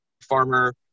farmer